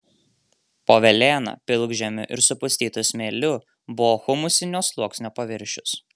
po velėna pilkžemiu ir supustytu smėliu buvo humusinio sluoksnio paviršius